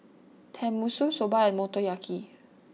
Tenmusu Soba and Motoyaki